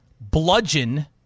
bludgeon